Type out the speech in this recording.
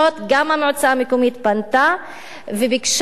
גם המועצה המקומית הזאת פנתה וביקשה למצוא